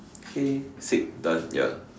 okay sick done ya